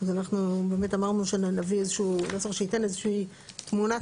אז אנחנו באמת אמרנו שנביא איזה שהוא נוסח שייתן איזה שהיא תמונת